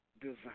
design